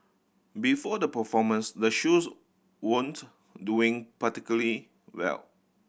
before the performance the shoes weren't doing particularly well